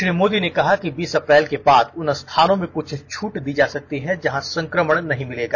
श्री मोदी ने कहा कि बीस अप्रैल के बाद उन स्थानों में कुछ छट दी जा सकती है जहां संक्रमण नहीं मिलेगा